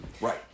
Right